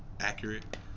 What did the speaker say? accurate